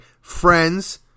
friends